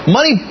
Money